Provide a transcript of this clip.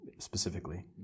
specifically